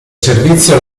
servizio